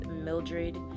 mildred